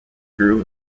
grew